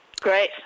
Great